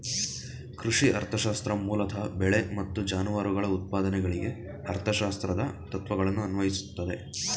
ಕೃಷಿ ಅರ್ಥಶಾಸ್ತ್ರ ಮೂಲತಃ ಬೆಳೆ ಮತ್ತು ಜಾನುವಾರುಗಳ ಉತ್ಪಾದನೆಗಳಿಗೆ ಅರ್ಥಶಾಸ್ತ್ರದ ತತ್ವಗಳನ್ನು ಅನ್ವಯಿಸ್ತದೆ